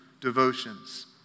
devotions